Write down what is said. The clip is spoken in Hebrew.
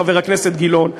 חבר הכנסת גילאון.